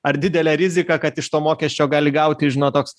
ar didelė rizika kad iš to mokesčio gali gauti žino toks